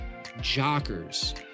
Jockers